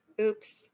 Oops